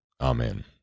Amen